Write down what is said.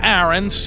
Aaron